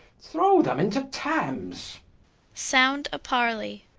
throw them into thames sound a parley.